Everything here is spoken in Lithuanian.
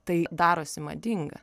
tai darosi madinga